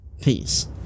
Peace